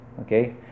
Okay